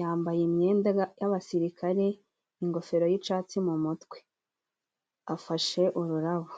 yambaye imyenda y'abasirikare, ingofero y'icyatsi mu mutwe afashe ururabo.